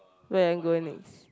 where are you going next